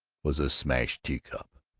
was a smashed teacup.